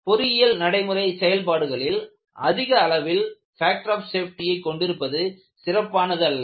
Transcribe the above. பொறியியல் நடைமுறை செயல்பாடுகளில் அதிக அளவில் ஃபேக்டர் ஆப் சேஃப்டியை கொண்டிருப்பது சிறப்பானதல்ல